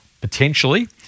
potentially